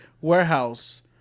warehouse